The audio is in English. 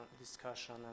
discussion